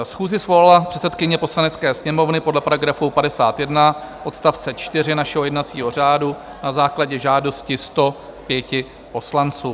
Schůzi svolala předsedkyně Poslanecké sněmovny podle § 51 odst. 4 našeho jednacího řádu na základě žádosti 105 poslanců.